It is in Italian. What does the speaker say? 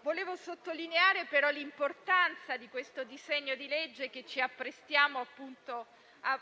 Vorrei sottolineare l'importanza del disegno di legge che ci apprestiamo